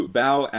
bow